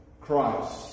Christ